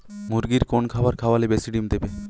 মুরগির কোন খাবার খাওয়ালে বেশি ডিম দেবে?